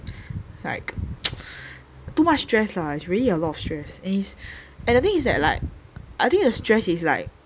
like too much stress lah it's really a lot of stress and is and the thing is that like I think the stress is that like